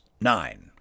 nine